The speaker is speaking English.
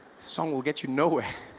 song will get you nowhere.